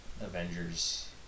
Avengers